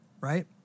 right